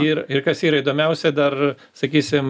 ir ir kas yra įdomiausia dar sakysim